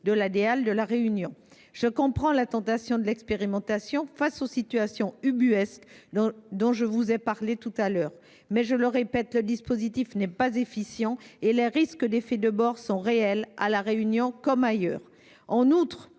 de la Deal de La Réunion. Je comprends la tentation de l'expérimentation, face aux situations ubuesques dont je vous ai parlé tout à l'heure, mais, je le répète, le dispositif n'est pas efficient et les risques d'effets de bord sont réels, à La Réunion comme ailleurs. En outre,